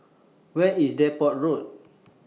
Where IS Depot Road